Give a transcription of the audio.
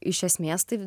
iš esmės tai